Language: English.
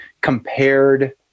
compared